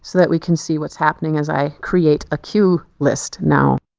that we can see what's happening as i create a cue list now.